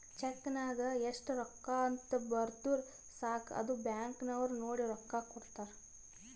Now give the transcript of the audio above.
check ನಾಗ್ ಎಸ್ಟ್ ರೊಕ್ಕಾ ಅಂತ್ ಬರ್ದುರ್ ಸಾಕ ಅದು ಬ್ಯಾಂಕ್ ನವ್ರು ನೋಡಿ ರೊಕ್ಕಾ ಕೊಡ್ತಾರ್